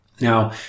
Now